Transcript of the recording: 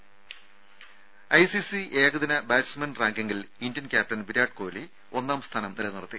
രംഭ ICC ഏകദിന batsman റാങ്കിങ്ങിൽ Indian captain Virat Kohli ഒന്നാംസ്ഥാനം നിലനിർത്തി